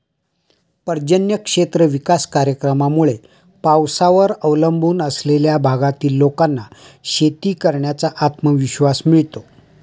पर्जन्य क्षेत्र विकास कार्यक्रमामुळे पावसावर अवलंबून असलेल्या भागातील लोकांना शेती करण्याचा आत्मविश्वास मिळतो